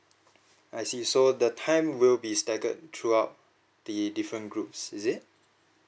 I see so the time will be staggered throughout the different groups is it